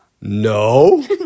No